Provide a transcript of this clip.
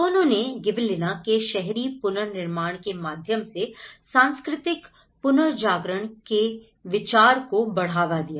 तो उन्होंने गिबेलिना के शहरी पुनर्निर्माण के माध्यम से सांस्कृतिक पुनर्जागरण के विचार को बढ़ावा दिया